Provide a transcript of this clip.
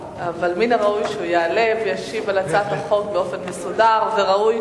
אבל מן הראוי שהוא יעלה וישיב על הצעת החוק באופן מסודר וראוי,